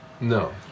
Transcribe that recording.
No